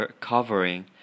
covering